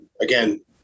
Again